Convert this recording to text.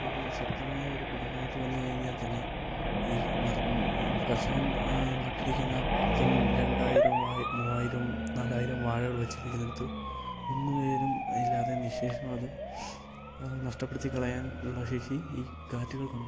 ഇതൊരു ശക്തമായ ഒരു കൊടുങ്കാറ്റ് വന്ന് കഴിഞ്ഞാൽ തന്നെ ഈ കർഷകൻ നട്ടിരിക്കുന്ന പത്തും രണ്ടായിരും മൂവായിരും നാലായിരം വാഴകൾ വെച്ചിരിക്കുന്നിടത്ത് വേരും ഇല്ലാതെ നിശേഷം അത് നഷ്ടപ്പെടുത്തി കളയാനുള്ള ശേഷി ഈ കാറ്റുകൾക്കുണ്ട്